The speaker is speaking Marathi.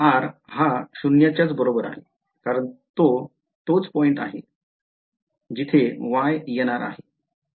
r हा शून्यच्या बरोबर आहे कारण तो तोच पॉईंट आहे जिथे Y येणार आहे